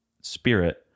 spirit